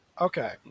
Okay